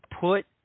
put